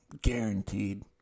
Guaranteed